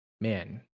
man